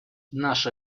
наша